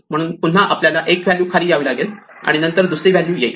म्हणून पुन्हा आपल्याला एक व्हॅल्यू खाली यावे लागेल आणि नंतर दुसरी व्हॅल्यू येईल